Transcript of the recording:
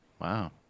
Wow